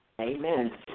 Amen